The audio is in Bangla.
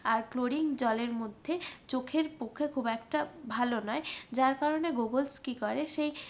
আর ক্লোরিন জলের মধ্যে চোখের পক্ষে খুব একটা ভালো নয় যার কারণে গোগলস কী করে সেই